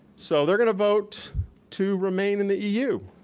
so they're gonna vote to remain in the eu.